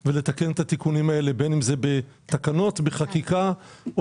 המילואימניות, בבקשה.